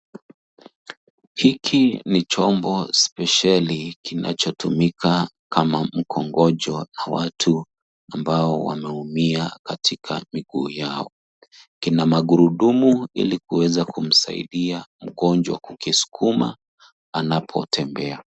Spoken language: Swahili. Hiki ni chombo speceli kinachotumika kama mkongojo na watu ambao wameumia katika miguu yao kina magurudumu ilikuweza kumsaidia mgonjwa kukiskuma anapotembea.